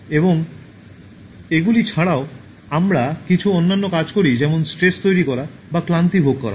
তবে এগুলি ছাড়াও আমরা কিছু অন্যান্য কাজ করি যেমন স্ট্রেস তৈরি করা বা ক্লান্তি ভোগ করা